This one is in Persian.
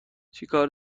چکار